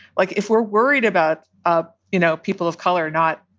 like, if we're worried about, ah you know, people of color, not